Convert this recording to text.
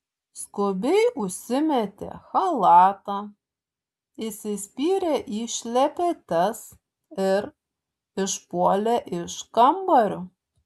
skubiai užsimetė chalatą įsispyrė į šlepetes ir išpuolė iš kambario